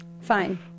Fine